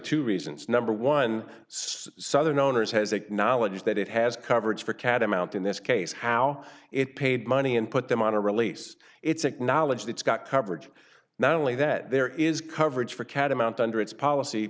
two reasons number one southern owners has acknowledged that it has coverage for catamount in this case how it paid money and put them on a release it's acknowledged it's got coverage not only that there is coverage for catamount under its policy